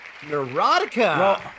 Neurotica